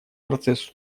процесс